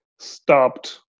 stopped